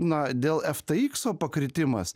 na dėl efteikso pakritimas